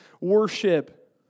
worship